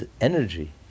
energy